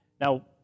Now